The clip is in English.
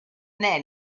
then